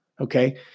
Okay